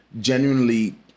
genuinely